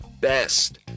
best